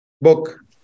Book